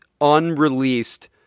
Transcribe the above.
unreleased